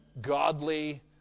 godly